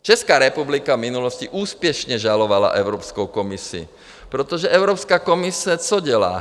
Česká republika v minulosti úspěšně žalovala Evropskou komisi, protože Evropská komise co dělá?